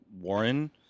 Warren